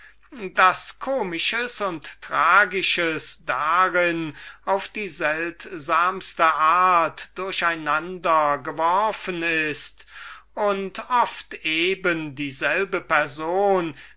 komisches und tragisches darin auf die seltsamste art durch einander geworfen ist und oft eben dieselbe person